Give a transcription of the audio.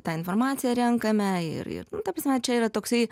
tą informaciją renkame ir ta prasme čia yra toksai